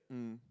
mm